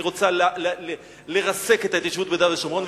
אני רוצה לרסק את ההתיישבות ביהודה ושומרון,